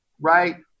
right